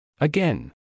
Again